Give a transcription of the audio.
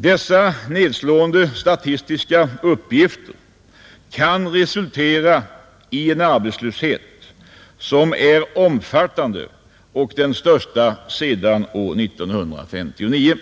Dessa nedslående statistiska uppgifter torde innebära att resultatet kan bli en arbetslöshet som är omfattande och den största sedan år 1959.